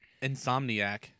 insomniac